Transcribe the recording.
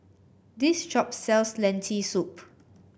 this shop sells Lentil Soup